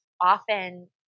often